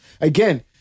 again